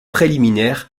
préliminaires